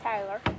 Tyler